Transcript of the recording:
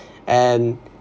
and